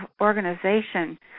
organization